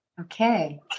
Okay